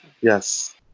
Yes